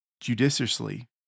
judiciously